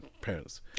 parents